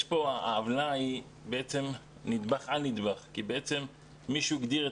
העוולה היא בעצם נדבך על נדבך כי בעצם מישהו הגדיר את